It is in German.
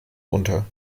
unter